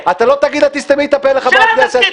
לא תגיד: "תסתמי את הפה" לחברת כנסת.